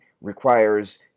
requires